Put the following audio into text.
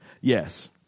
Yes